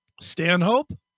Stanhope